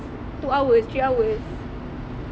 two hours three hours